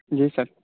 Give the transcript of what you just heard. جی سر